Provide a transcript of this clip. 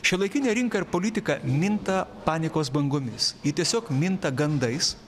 šiuolaikinė rinka ir politika minta panikos bangomis ji tiesiog minta gandais